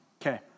Okay